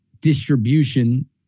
distribution